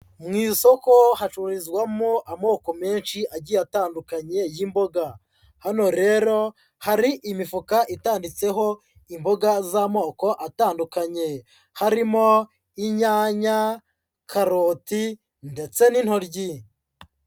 Mu isoko hacururizwamo amoko menshi agiye atandukanye y'imboga. Hano rero hari imifukatanditseho imboga z'amoko atandukanye. Harimo inyanya, karoti ndetse n'intoryi.